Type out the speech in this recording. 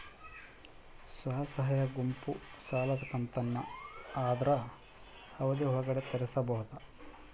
ಸ್ವಸಹಾಯ ಗುಂಪು ಸಾಲದ ಕಂತನ್ನ ಆದ್ರ ಅವಧಿ ಒಳ್ಗಡೆ ತೇರಿಸಬೋದ?